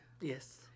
Yes